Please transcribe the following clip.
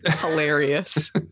hilarious